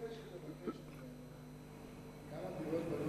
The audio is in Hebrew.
הוא הציע שתבקש ממנו לומר כמה דירות בנו